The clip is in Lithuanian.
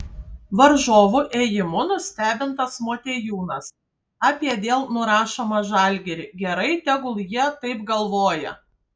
varžovų ėjimų nustebintas motiejūnas apie vėl nurašomą žalgirį gerai tegul jie taip galvoja